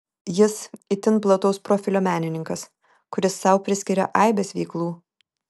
jis itin plataus profilio menininkas kuris sau priskiria aibes veiklų